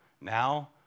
Now